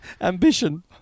Ambition